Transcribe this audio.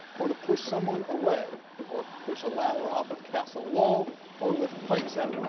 or to push someone away, or push a ladder off a castle wall or lift pikes out